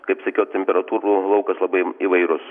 kaip sakiau temperatūrų laukas labai įvairus